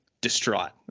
distraught